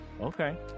Okay